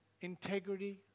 integrity